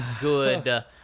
good